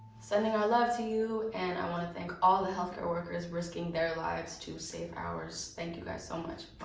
sending my love to you, and i want to thank all the health care workers risking their lives to save ours. thank you guys so much.